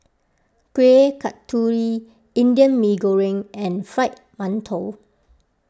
Kueh Kasturi Indian Mee Goreng and Fried Mantou